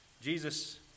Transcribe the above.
Jesus